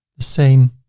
the same